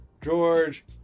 George